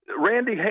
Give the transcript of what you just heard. Randy